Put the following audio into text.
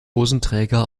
hosenträger